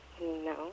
No